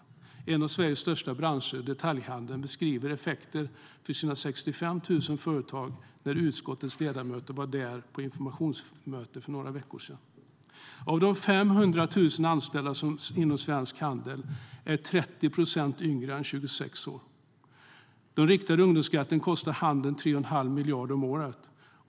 Detaljhandeln, en av Sveriges största branscher, beskrev effekten för sina 65 000 företag när utskottets ledamöter var där på ett informationsmöte för några veckor sedan. Av de 500 000 anställda inom svensk handel är 30 procent yngre än 26 år. Den riktade ungdomsskatten kostar handeln 3 1⁄2 miljard om året.